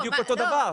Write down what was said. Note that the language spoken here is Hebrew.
זה בדיוק אותו דבר.